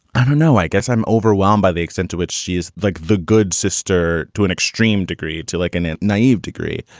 i don't know, i guess i'm overwhelmed by the extent to which she is like the good sister to an extreme degree too, like an a naive degree,